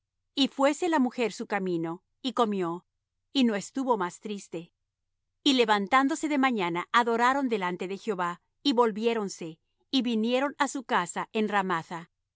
y fuése la mujer su camino y comió y no estuvo más triste y levantándose de mañana adoraron delante de jehová y volviéronse y vinieron á su casa en